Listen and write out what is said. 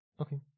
Okay